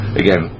again